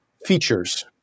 features